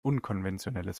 unkonventionelles